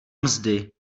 mzdy